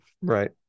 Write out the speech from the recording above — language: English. Right